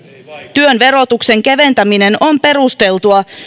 työn verotuksen keventäminen on perusteltua